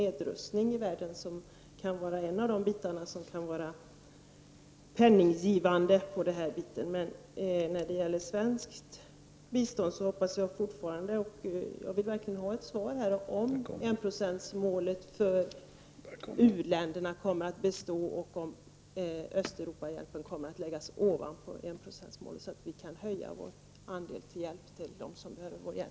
Ett sätt att få fram pengar kan vara nedrustning i världen. Men när det gäller svenskt bistånd vill jag verkligen ha ett svar på om enprocentsmålet för uländerna kommer att bestå och om Östeuropahjälpen kommer att läggas utanför enprocentsmålet, så att vi kan öka vår hjälp till dem som behöver den.